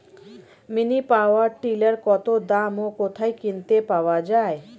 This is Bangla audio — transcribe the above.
মিনি পাওয়ার টিলার কত দাম ও কোথায় কিনতে পাওয়া যায়?